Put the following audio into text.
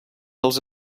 als